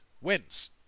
wins